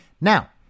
Now